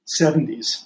70s